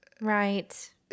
Right